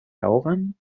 ahogan